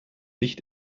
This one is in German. nicht